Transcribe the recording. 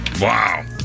Wow